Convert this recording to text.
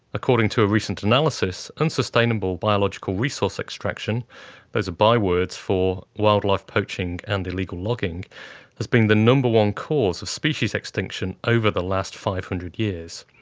according to a recent analysis, unsustainable biological resource extraction but bywords for wildlife poaching and illegal logging has been the number one cause of species extinction over the last five hundred years,